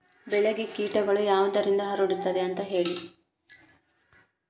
ಬೆಳೆಗೆ ಕೇಟಗಳು ಯಾವುದರಿಂದ ಹರಡುತ್ತದೆ ಅಂತಾ ಹೇಳಿ?